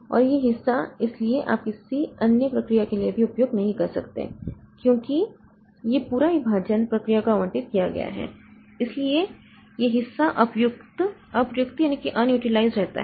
और यह हिस्सा इसलिए आप किसी अन्य प्रक्रिया के लिए भी उपयोग नहीं कर सकते क्योंकि यह पूरा विभाजन प्रक्रिया को आवंटित किया गया है इसलिए यह हिस्सा अप्रयुक्त रहता है